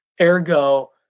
Ergo